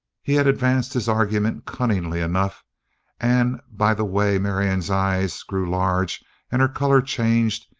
he had advanced his argument cunningly enough and by the way marianne's eyes grew large and her color changed,